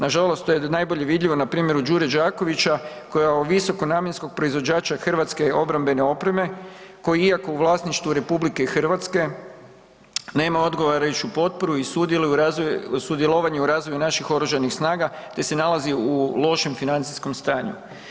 Nažalost to je najbolje vidljivo na primjeru Đure Đakovića koja o visoko namjenskog proizvođača hrvatske obrambene opreme, koja iako u vlasništvu RH, nema odgovarajuću potporu i sudjelovanje u razvoju naših Oružanih snaga te se nalazi u lošem financijskom stanju.